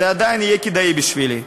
זה עדיין יהיה כדאי בשבילי.